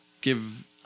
give